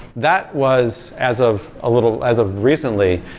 that was as of a little as of recently,